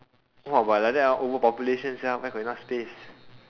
!wah! but like that ah overpopulation sia where got enough space